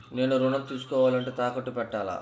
నేను ఋణం తీసుకోవాలంటే తాకట్టు పెట్టాలా?